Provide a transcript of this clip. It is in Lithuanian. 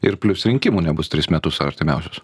ir plius rinkimų nebus tris metus artimiausius